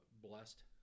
blessed